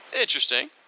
Interesting